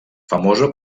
famosa